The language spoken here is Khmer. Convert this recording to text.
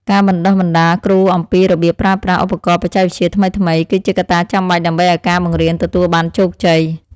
ការបណ្តុះបណ្តាលគ្រូអំពីរបៀបប្រើប្រាស់ឧបករណ៍បច្ចេកវិទ្យាថ្មីៗ គឺជាកត្តាចាំបាច់ដើម្បីឱ្យការបង្រៀនទទួលបានជោគជ័យ។